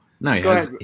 No